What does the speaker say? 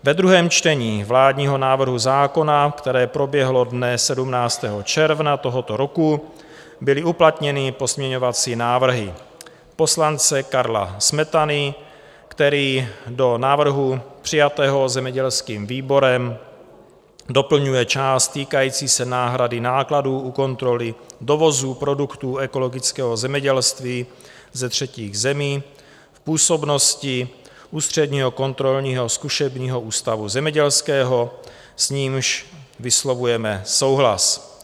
Ve druhém čtení vládního návrhu zákona, které proběhlo dne 17. června tohoto roku, byly uplatněny pozměňovací návrhy poslance Karla Smetany, který do návrhu přijatého zemědělským výborem doplňuje část týkající se náhrady nákladů u kontroly dovozů produktů ekologického zemědělství z třetích zemí v působnosti Ústředního kontrolního zkušebního ústavu zemědělského, s nímž vyslovujeme souhlas.